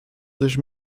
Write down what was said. sich